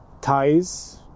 ties